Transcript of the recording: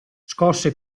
scosse